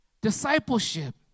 discipleship